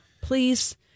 please